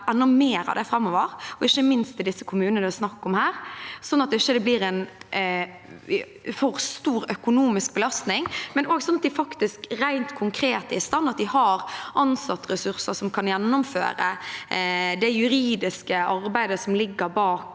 enda mer av det framover, ikke minst i de kommunene det er snakk om her, slik at det ikke blir en for stor økonomisk belastning, men også slik at de faktisk rent konkret skal være i stand til det. De må ha ansattressurser som kan gjennomføre det juridiske arbeidet som ligger bak